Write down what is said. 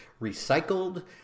recycled